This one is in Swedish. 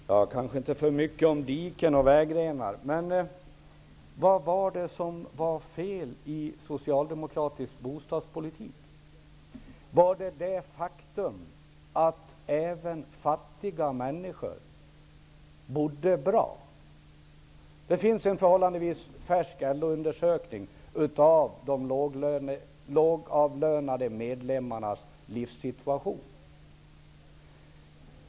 Herr talman! Det sägs kanske litet för mycket om diken och vägrenar. Men vad var det som var fel i socialdemokratisk bostadspolitik? Var det faktumet att även fattiga människor bodde bra? Det finns en förhållandevis färsk LO-undersökning av de lågavlönade medlemmarnas livssituation.